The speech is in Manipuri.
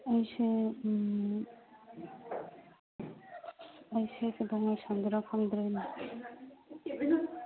ꯑꯩꯁꯦ ꯑꯩꯁꯦ ꯀꯩꯗꯧꯉꯩ ꯁꯪꯒꯦꯔꯥ ꯈꯪꯗꯔꯦꯅꯦ